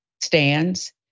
stands